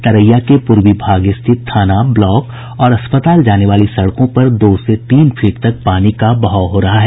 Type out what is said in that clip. तरैया के पूर्वी भाग स्थित थाना ब्लॉक और अस्पताल जाने वाली सड़कों पर दो से तीन फीट तक पानी का बहाव हो रहा है